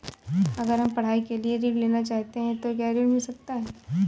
अगर हम पढ़ाई के लिए ऋण लेना चाहते हैं तो क्या ऋण मिल सकता है?